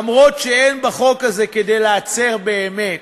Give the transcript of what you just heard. אף שאין בחוק הזה כדי להצר באמת